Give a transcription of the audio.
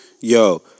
yo